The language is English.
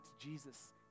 Jesus